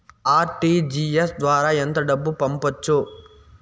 RTGS ద్వారా ఎంత డబ్బు పంపొచ్చు?